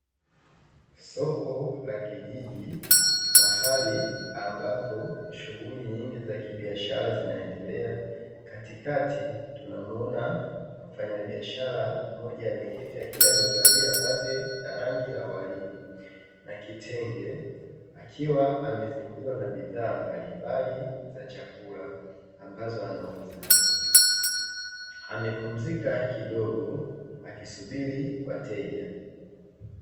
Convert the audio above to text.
Soko la kijiji mahali ambapo shughuli nyingi za kibiashara zinaendelea. Katikati tunamuona mfanyabiashara mmoja ameketi akiwa amevalia vazi la rangi ya waridi na kitenge, akiwa amezingirwa na bidhaa mbalimbali za chakula ambazo anauza; amepumzika kidogo akisubiri wateja.